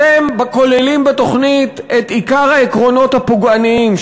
אתם כוללים בתוכנית את עיקר העקרונות הפוגעניים,